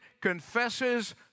confesses